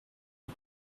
ils